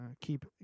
keep